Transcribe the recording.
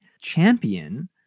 champion